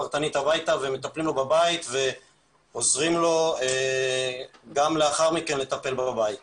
הביתה ומטפלים לו בבית ועוזרים לו גם לאחר מכן לטפל בבית.